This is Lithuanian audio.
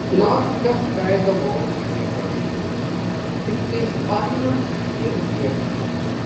nors kažką įdomaus jie parašytų tiktai spamina ir tiek